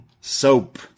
soap